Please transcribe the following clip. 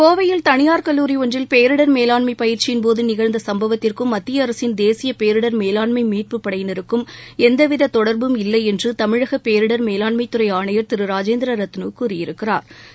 கோவையில் தனியார் கல்லூரி ஒன்றில் பேரிடர் மேலாண்மை பயிற்சியின்போது நிகழ்ந்த சும்பவத்திற்கும் மத்தியஅரசின் தேசிய பேரிடர் மேலாண்மை மீட்பு படையினருக்கும் எந்தவித தொடர்பும் இல்லை என்று தமிழக பேரிடர் மேலாண்மைத்துறை ஆணையர் திரு ராஜேந்திர ரத்னு கூறியிருக்கிறா்